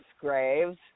graves